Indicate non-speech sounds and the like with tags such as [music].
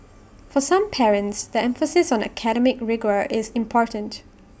[noise] for some parents the emphasis on academic rigour is important